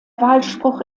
wahlspruch